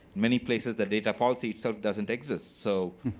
many places the data policy itself doesn't exist, so